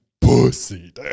pussy